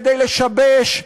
כדי לשבש,